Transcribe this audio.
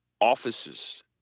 offices